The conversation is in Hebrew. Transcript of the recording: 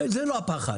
זה לא הפחד.